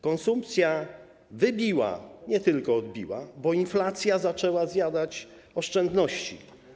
Konsumpcja wybiła, nie tylko odbiła, bo inflacja zaczęła zjadać oszczędności.